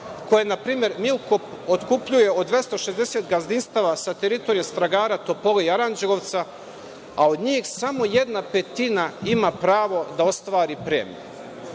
koje npr. „Milkom“ otkupljuje od 260 gazdinstava sa teritorije Stragara, Topole i Aranđelovca, a od njih samo jedna petina ima pravo da ostvari premiju. Mislim